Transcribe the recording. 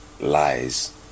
lies